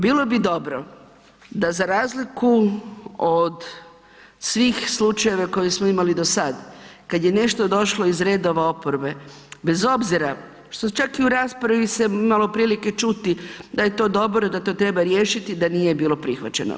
Bilo bi dobro da za razliku od svih slučajeva koje smo imali do sada, kada je nešto došlo iz redova oporbe, bez obzira što čak i u raspravi se imalo prilike čuti da je to dobro, da to treba riješiti, da nije bilo prihvaćeno.